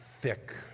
thick